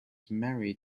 married